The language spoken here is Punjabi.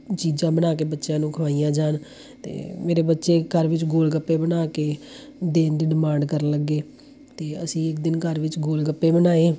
ਚੀਜ਼ਾਂ ਬਣਾ ਕੇ ਬੱਚਿਆਂ ਨੂੰ ਖਵਾਈਆਂ ਜਾਣ ਅਤੇ ਮੇਰੇ ਬੱਚੇ ਘਰ ਵਿੱਚ ਗੋਲ ਗੱਪੇ ਬਣਾ ਕੇ ਦੇਣ ਦੀ ਡਿਮਾਂਡ ਕਰਨ ਲੱਗੇ ਅਤੇ ਅਸੀਂ ਇੱਕ ਦਿਨ ਘਰ ਵਿੱਚ ਗੋਲ ਗੱਪੇ ਬਣਾਏ